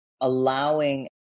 allowing